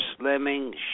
slimming